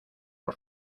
por